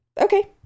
Okay